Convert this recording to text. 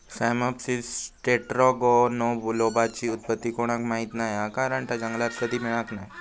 Cyamopsis टेट्रागोनोलोबाची उत्पत्ती कोणाक माहीत नाय हा कारण ता जंगलात कधी मिळाक नाय